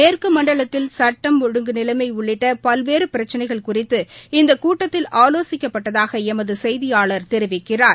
மேற்குமண்டலத்தில் சட்ட் ஒழுங்கு நிலைமைஉள்ளிட்டபல்வேறபிரச்சினைகள் குறித்து இந்தகூட்டத்தில் ஆலோசிக்கப்பட்டதாகஎமதுசெய்தியாளர் தெரிவிக்கிறார்